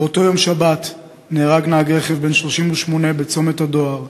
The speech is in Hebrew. באותו יום שבת נהרג נהג רכב בן 38 בצומת הדואר,